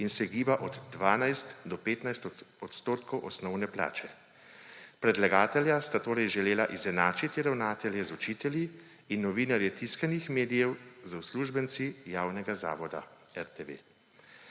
in se giblje od 12 do 15 odstotkov osnovne plače. Predlagatelja sta torej želela izenačiti ravnatelje z učitelji in novinarje tiskanih medijev z uslužbenci javnega zavoda RTV.